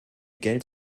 geld